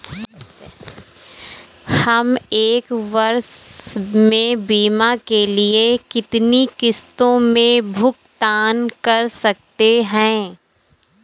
हम एक वर्ष में बीमा के लिए कितनी किश्तों में भुगतान कर सकते हैं?